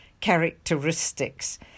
characteristics